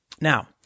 now